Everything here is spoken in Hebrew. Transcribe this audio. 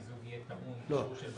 המיזוג יהיה טעון אישור של ועדת הכנסת.